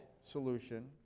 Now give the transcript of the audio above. solution